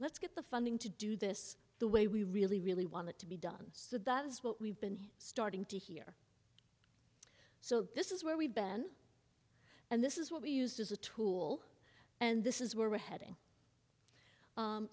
let's get the funding to do this the way we really really want it to be done so that is what we've been starting to hear so this is where we've been and this is what we used as a tool and this is where we're heading